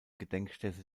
gedenkstätte